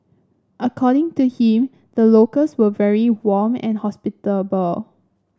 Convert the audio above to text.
according to him the locals were very warm and hospitable